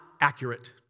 accurate